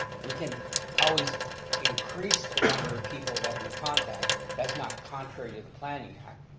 we can always increase the number of people that we contact that's not contrary to the planning act